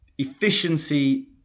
Efficiency